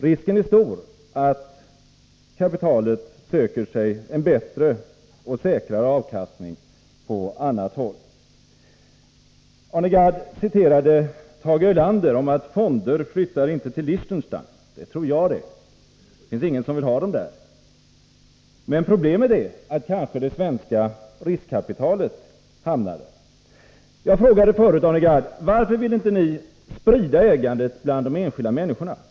Risken är stor att kapitalet söker sig bättre och säkrare avkastning på annat håll. Arne Gadd hänvisade till vad Tage Erlander sagt om att fonderna inte flyttar till Liechtenstein. Det tror jag det. Det finns ingen som vill ha dem där. Problemet är att det svenska riskkapitalet kanske hamnar där. Jag frågade förut Arne Gadd: Varför vill inte ni sprida ägandet bland de enskilda människorna?